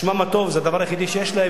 שמם הטוב זה הדבר היחידי שיש להם,